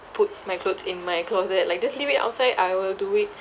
put my clothes in my closet like just leave it outside I will do it